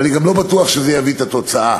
ואני גם לא בטוח שזה יביא את התוצאה,